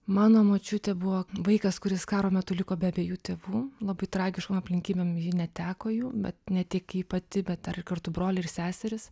mano močiutė buvo vaikas kuris karo metu liko be abiejų tėvų labai tragiškom aplinkybėm ji neteko jų bet ne tiek ji pati bet dar ir kartu broliai ir seserys